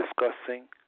discussing